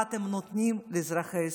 מה אתם נותנים לאזרחי ישראל.